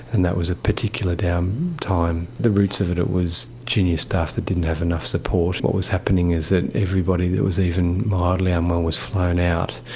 and that was a particularly down time. the roots of it was junior staff that didn't have enough support. what was happening is that everybody that was even mildly unwell was flown out.